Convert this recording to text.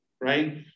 Right